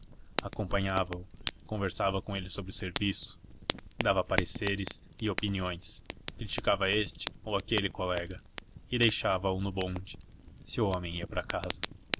acompanhava-o conversava com ele sobre o serviço dava pareceres e opiniões criticava este ou aquele colega e deixava o no bonde se o homem ia para casa